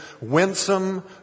winsome